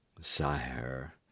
sire